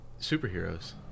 superheroes